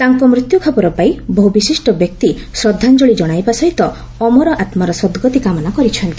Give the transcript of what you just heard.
ତାଙ୍କ ମୃତ୍ୟୁ ଖବର ପାଇ ବହୁ ବିଶିଷ୍ ବ୍ୟକ୍ତି ଶ୍ରଦ୍ଧାଞ୍ଞଳି ଜଣାଇବା ସହିତ ଅମର ଆତ୍କାର ସଦ୍ଗତି କାମନା କରିଛନ୍ତି